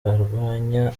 arwanya